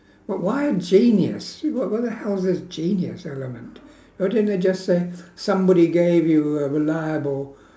wh~ why a genius what what the hell is this genius element why didn't they just say somebody gave you a reliable